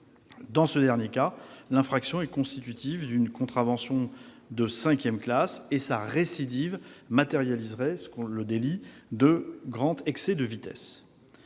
Dans ce dernier cas, l'infraction est constitutive d'une contravention de cinquième classe et sa récidive matérialise le délit de grand excès de vitesse.